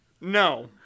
No